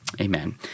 Amen